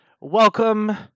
welcome